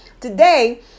today